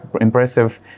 impressive